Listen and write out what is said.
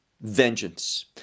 vengeance